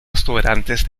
restaurantes